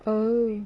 oh